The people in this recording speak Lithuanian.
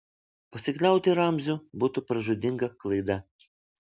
pasikliauti ramziu būtų pražūtinga klaida